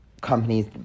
companies